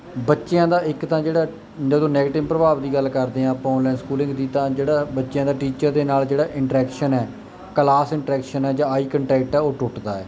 ਬੱਚਿਆਂ ਦਾ ਇੱਕ ਤਾਂ ਜਿਹੜਾ ਜਦੋਂ ਨੈਗਟਿਵ ਪ੍ਰਭਾਵ ਦੀ ਗੱਲ ਕਰਦੇ ਆਂ ਆਪਾਂ ਆਨਲਾਈਨ ਸਕੂਲਿੰਗ ਦੀ ਤਾਂ ਜਿਹੜਾ ਬੱਚਿਆਂ ਦਾ ਟੀਚਰ ਦੇ ਨਾਲ ਜਿਹੜਾ ਇੰਟਰੈਕਸ਼ਨ ਐ ਕਲਾਸ ਇੰਟਰੈਕਸ਼ਨ ਐ ਜਾਂ ਆਈ ਕੰਟੈਕਟ ਆ ਉਹ ਟੁੱਟਦਾ ਐ